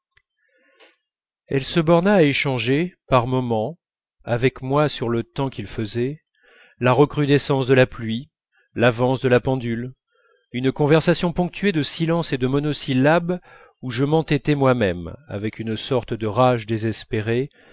elle se borna à échanger par moments avec moi sur le temps qu'il faisait la recrudescence de la pluie l'avance de la pendule une conversation ponctuée de silences et de monosyllabes où je m'entêtais moi-même avec une sorte de rage désespérée